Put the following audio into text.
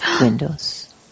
windows